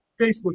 Facebook